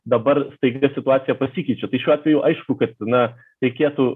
dabar staiga situacija pasikeičia tai šiuo atveju aišku kad na reikėtų